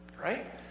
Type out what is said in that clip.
Right